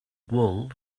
wool